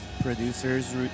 producers